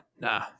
nah